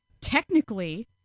technically